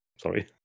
Sorry